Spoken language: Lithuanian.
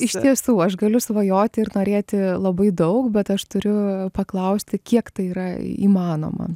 iš tiesų aš galiu svajoti ir norėti labai daug bet aš turiu paklausti kiek tai yra įmanoma